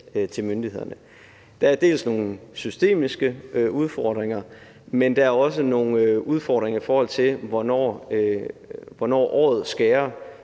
til myndighederne. Der er bl.a. nogle systemiske udfordringer, men der er også nogle udfordringer, i forhold til hvornår året skærer